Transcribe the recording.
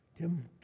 Tim